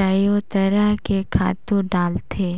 कयो तरह के खातू डालथे